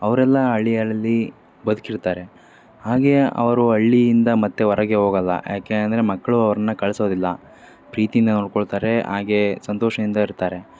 ಅವರೆಲ್ಲ ಹಳ್ಳಿಗಳಲ್ಲಿ ಬದುಕಿರ್ತಾರೆ ಹಾಗೆಯೇ ಅವರು ಹಳ್ಳಿಯಿಂದ ಮತ್ತೆ ಹೊರಗೆ ಹೋಗಲ್ಲ ಯಾಕೆ ಅಂದರೆ ಮಕ್ಕಳು ಅವ್ರನ್ನ ಕಳಿಸೋದಿಲ್ಲ ಪ್ರೀತಿಯಿಂದ ನೋಡಿಕೊಳ್ತಾರೆ ಹಾಗೇ ಸಂತೋಷದಿಂದ ಇರ್ತಾರೆ